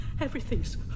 Everything's